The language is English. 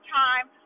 time